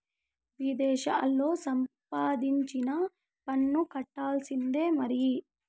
విదేశాల్లా సంపాదించినా పన్ను కట్టాల్సిందే మరి